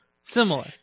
Similar